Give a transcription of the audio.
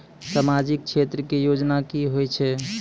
समाजिक क्षेत्र के योजना की होय छै?